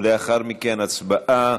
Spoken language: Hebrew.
ולאחר מכן הצבעה.